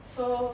so